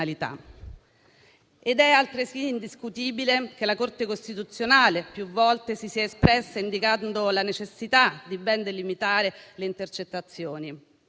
ed è altresì indiscutibile che la Corte costituzionale più volte si sia espressa indicando la necessità di ben delimitare le intercettazioni.